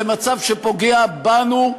זה מצב שפוגע בנו.